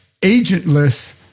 agentless